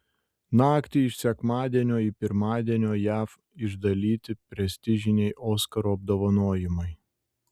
naktį iš sekmadienio į pirmadienio jav išdalyti prestižiniai oskarų apdovanojimai